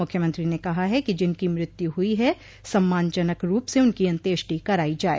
मुख्यमंत्री ने कहा है कि जिनकी मृत्यु हुई है सम्मानजनक रूप से उनकी अंत्येष्ठो करायी जाये